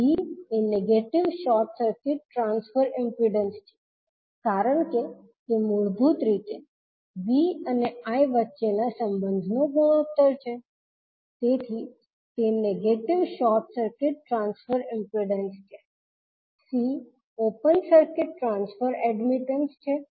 B એ negative short circuit transfer impedance છે કારણ કે તે મૂળભૂત રીતે V અને I વચ્ચેના સંબંધનો ગુણોત્તર છે તેથી તે negative short circuit transfer impedance છે C open circuit transfer admittance છે